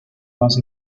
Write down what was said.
más